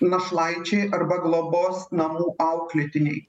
našlaičiai arba globos namų auklėtiniai